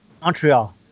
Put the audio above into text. Montreal